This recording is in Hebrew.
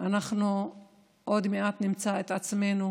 אנחנו עוד מעט נמצא את עצמנו